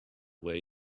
way